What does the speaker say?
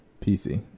PC